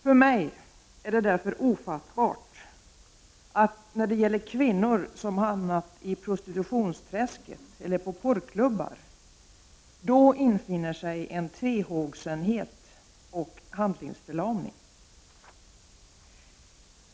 För mig är det därför ofattbart att det, när det gäller kvinnor som hamnat i prostitutionsträsket eller på porrklubbar, infinner sig en tvehågsenhet och handlingsförlamning.